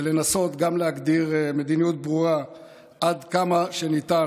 ולנסות גם להגדיר מדיניות ברורה עד כמה שניתן,